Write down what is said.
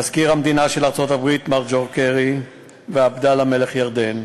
מזכיר המדינה של ארצות-הברית מר ג'ון קרי ועבדאללה מלך ירדן,